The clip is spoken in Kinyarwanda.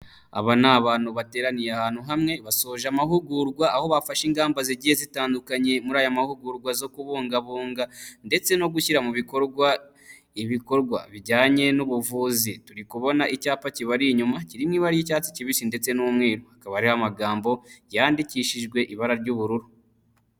Aba ni abantu bateraniye ahantu hamwe, basoje amahugurwa aho bafashe ingamba zigiye zitandukanye muri aya mahugurwa zo kubungabunga ndetse no gushyira mu bikorwa, ibikorwa bijyanye n'ubuvuzi. Turi kubona icyapa kibari inyuma kiri mu ibari ry'icyatsi kibisi ndetse n'umweru, hakaba hariho amagambo, yandikishijwe ibara ry'ubururu.